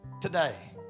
today